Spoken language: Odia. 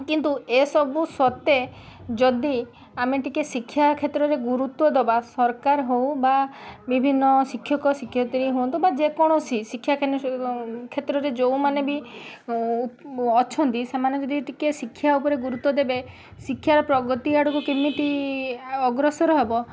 କିନ୍ତୁ ଏ ସବୁ ସତ୍ତ୍ୱେ ଯଦି ଆମେ ଟିକେ ଶିକ୍ଷା କ୍ଷେତ୍ରରେ ଗୁରୁତ୍ୱ ଦେବା ସରକାର ହେଉ ବା ବିଭିନ୍ନ ଶିକ୍ଷକ ଶିକ୍ଷୟତ୍ରୀ ହୁଅନ୍ତୁ ବା ଯେକୌଣସି ଶିକ୍ଷା କ୍ଷେତ୍ରରେ ଯେଉଁମାନେ ବି ଅଛନ୍ତି ସେମାନେ ଯଦି ଟିକେ ଶିକ୍ଷା ଉପରେ ଗୁରୁତ୍ୱ ଦେବେ ଶିକ୍ଷା ର ପ୍ରଗତି ଆଡ଼କୁ କେମିତି ଆ ଅଗ୍ରସର ହେବ